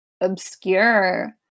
obscure